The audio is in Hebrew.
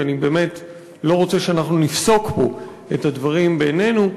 כי אני באמת לא רוצה שנפסוק פה את הדברים בינינו,